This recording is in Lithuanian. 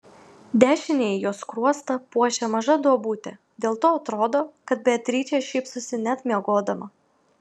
dešinįjį jos skruostą puošia maža duobutė dėl to atrodo kad beatričė šypsosi net miegodama